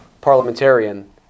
parliamentarian